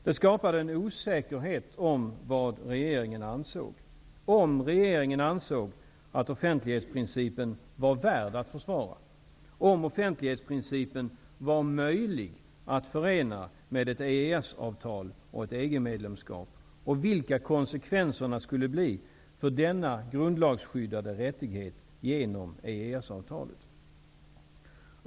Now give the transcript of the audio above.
Det skapade en osäkerhet om vad regeringen ansåg, nämligen huruvida offentlighetsprincipen var värd att försvara, huruvida offentlighetsprincipen var möjlig att förena med ett EES-avtal och ett EG-medlemskap och vilka konsekvenserna genom EES-avtalet skulle bli för denna grundlagsskyddade rättighet.